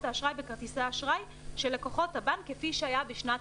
האשראי בכרטיסי האשראי של לקוחות הבנק כפי שהיה בשנת